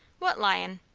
what lion?